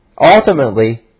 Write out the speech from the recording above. Ultimately